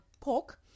pork